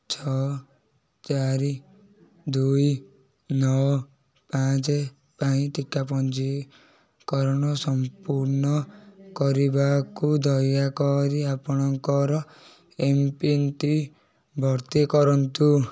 ଛଅ ଚାରି ଦୁଇ ନଅ ପାଞ୍ଚ ପାଇଁ ଟୀକା ପଞ୍ଜିକରଣ ସମ୍ପୂର୍ଣ କରିବାକୁ ଦୟାକରି ଆପଣଙ୍କର ଏମପିନଟି ଭର୍ତ୍ତି କରନ୍ତୁ